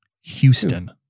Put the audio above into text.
Houston